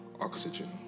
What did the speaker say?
Oxygen